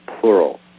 plural